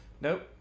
nope